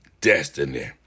destiny